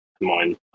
mind